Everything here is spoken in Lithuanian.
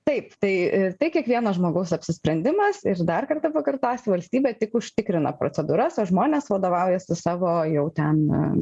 taip tai tai kiekvieno žmogaus apsisprendimas ir dar kartą pakartosiu valstybė tik užtikrina procedūras o žmonės vadovaujasi savo jau ten